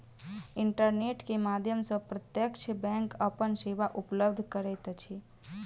internet के माध्यम सॅ प्रत्यक्ष बैंक अपन सेवा उपलब्ध करैत अछि